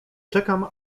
czekam